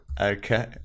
okay